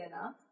enough